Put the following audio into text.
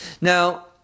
now